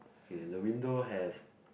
K the window has